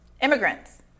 Immigrants